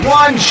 one